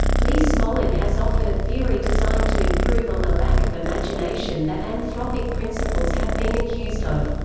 lee smolin has offered a theory designed to improve on the lack of imagination that anthropic principles have been accused of.